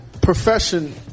profession